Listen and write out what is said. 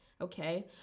okay